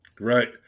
Right